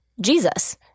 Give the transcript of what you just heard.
Jesus